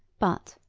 but,